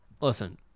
listen